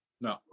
No